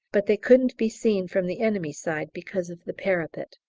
but they couldn't be seen from the enemy side because of the parapet.